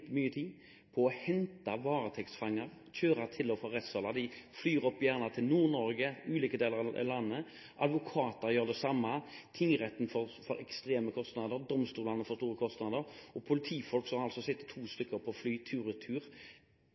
mye tid på å hente varetektsfanger, på å kjøre til og fra rettssaler. De flyr gjerne opp til Nord-Norge og til ulike deler av landet. Advokater gjør det samme. Tingretten får ekstreme kostnader. Domstolene får store kostnader. Politifolk sitter to stykker på fly